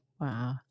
Wow